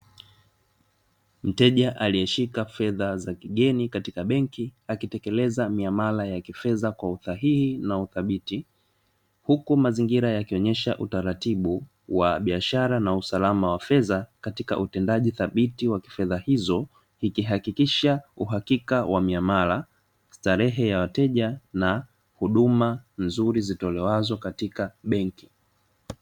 Mteja aliyeshika fedha za kigeni katika benki akitekeleza miamala ya kifedha kwa usahihi na uthabiti, huku mazingira yakionyesha utaratibu wa biashara na miamala ya fedha uhakika wa miamala starehe ya wateja na huduma nzuri zitolewazo katika benki.